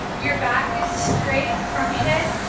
your back is straight from head